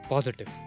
Positive